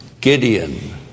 Gideon